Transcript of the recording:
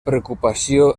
preocupació